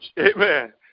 Amen